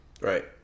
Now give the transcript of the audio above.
Right